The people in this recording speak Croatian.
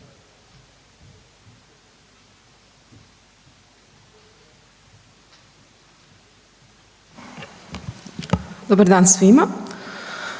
Dobar dan svima,